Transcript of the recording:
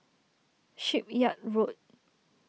Shipyard Road